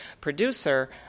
producer